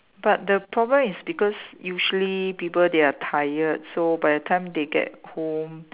but the problem is because usually people they are tired so by the time they get home